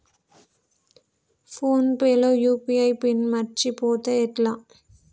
Phone pay లో UPI PIN మరచిపోతే ఎట్లా?